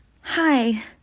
Hi